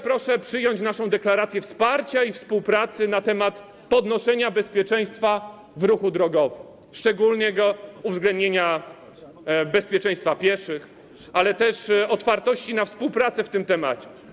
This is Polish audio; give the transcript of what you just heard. Proszę przyjąć naszą deklarację wsparcia i współpracy w obszarze podnoszenia bezpieczeństwa w ruchu drogowym, szczególnego uwzględnienia bezpieczeństwa pieszych, ale też otwartości na współpracę, jeśli chodzi o ten temat.